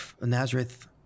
Nazareth